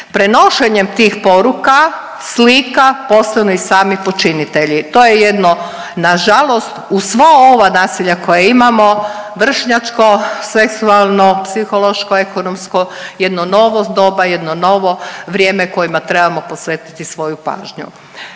prenošenjem tih poruka, slika postanu i sami počinitelji. To je jedno nažalost uz sva ova nasilja koja imamo vršnjačko, seksualno, psihološko, ekonomsko jedno novo doba, jedno novo vrijeme kojima trebamo posvetiti svoju pažnju.